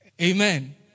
amen